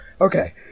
okay